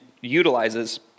utilizes